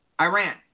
Iran